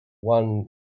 one